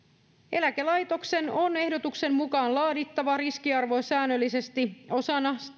eläkelaitoksen on ehdotuksen mukaan laadittava riskiarvio säännöllisesti osana